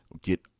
get